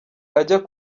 ajya